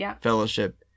fellowship